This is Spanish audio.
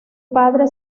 padre